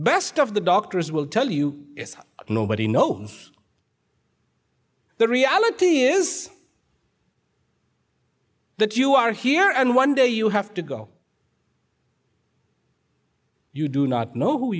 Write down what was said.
best of the doctors will tell you nobody knows the reality is that you are here and one day you have to go you do not know who